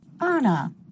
Anna